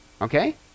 Okay